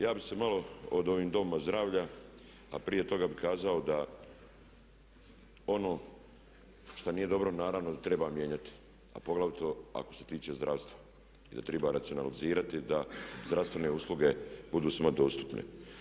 Ja bih se malo o ovim domovima zdravlja, a prije toga bih kazao da ono što nije dobro naravno da treba mijenjati, a poglavito ako se tiče zdravstva i da treba racionalizirati da zdravstvene usluge budu svima dostupne.